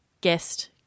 guest